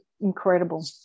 incredible